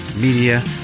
media